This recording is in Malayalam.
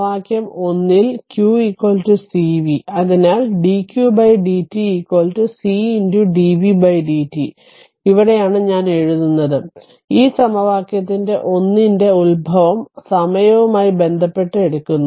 q cv അതിനാൽ dqdt c dvdt ഇവിടെയാണ് ഞാൻ എഴുതുന്നത് ഈ സമവാക്യത്തിന്റെ 1 ന്റെ ഉത്ഭവം സമയവുമായി ബന്ധപ്പെട്ട് എടുക്കുന്നു